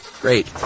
Great